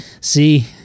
See